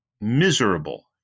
miserable